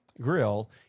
Grill